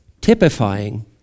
Typifying